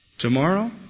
Tomorrow